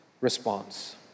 response